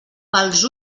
pels